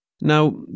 Now